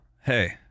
hey